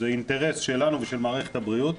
זה אינטרס שלנו ושל מערכת הבריאות.